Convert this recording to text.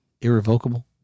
Irrevocable